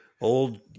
old